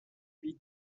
huit